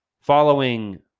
following